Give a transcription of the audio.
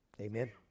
Amen